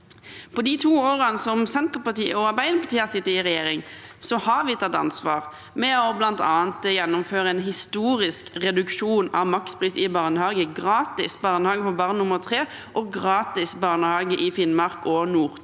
I de to årene som Senterpartiet og Arbeiderpartiet har sittet i regjering, har vi tatt ansvar ved bl.a. å gjennomføre en historisk reduksjon av makspris i barnehage, gratis barnehage for barn nummer tre og gratis barnehage i Finnmark og Nord-Troms.